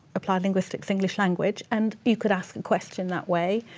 applied linguistics english language, and you could ask a question that way.